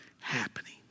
happening